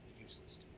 useless